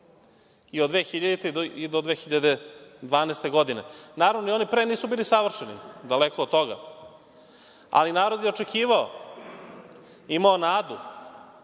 i od 2000. i do 2012. godine. Naravno i oni pre nisu bili savršeni, daleko od toga, ali narod je očekivao, imao nadu